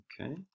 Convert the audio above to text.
Okay